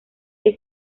que